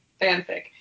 fanfic